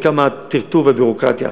וכמה טרטור וביורוקרטיה.